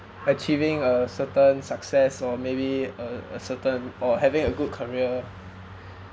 achieving a certain success or maybe a a certain or having a good career